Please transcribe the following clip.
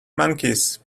monkeys